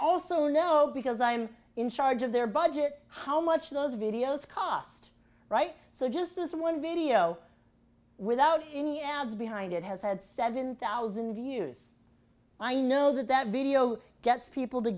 also know because i'm in charge of their budget how much those videos cost right so just this one video without any ads behind it has had seven thousand views i know that that video gets people to